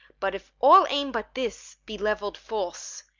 but if all aim but this be levell'd false,